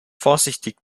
vorsichtig